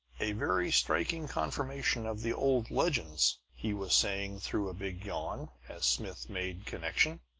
a very striking confirmation of the old legends, he was saying through a big yawn, as smith made connection.